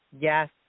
Yes